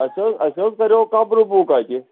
اَسہِ حظ اَسہِ حظ کَریو کَمرٕ بُک اَتہِ